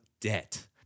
debt